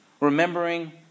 remembering